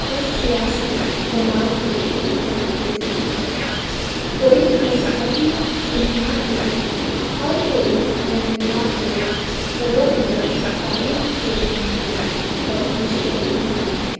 اور سیاسی جماعتیں مختلف ہوتی ہیں کوئی مذہبی بنیاد پر اور کوئی جمہوریات کو فروغ و تاریخ کی بنیاد پر مشتمل ہوتی ہے